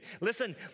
Listen